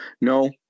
No